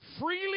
Freely